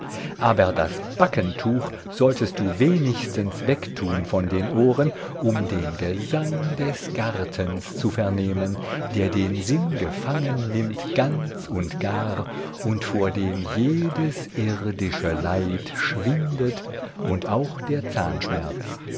aber das backentuch solltest du wenigstens wegtun von den ohren um den gesang des gartens zu vernehmen der den sinn gefangen nimmt ganz und gar und vor dem jedes irdische leid schwindet und auch der zahnschmerz